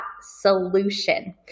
solution